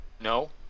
No